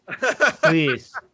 please